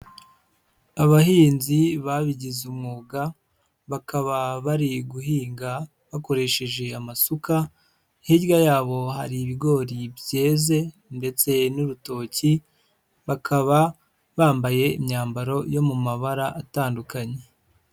Abahinzi babigize umwuga bakaba bari guhinga bakoresheje amasuka, hirya yabo hari ibigori byeze ndetse n'urutoki bakaba bambaye imyambaro yo mu mabara atandukanye.